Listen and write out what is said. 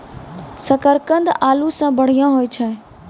शकरकंद आलू सें बढ़िया होय छै